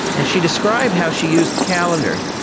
and she described how she used the calendar.